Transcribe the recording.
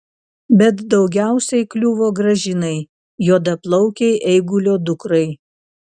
bet daugiausiai kliuvo gražinai juodaplaukei eigulio dukrai